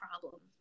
problem